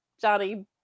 johnny